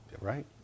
Right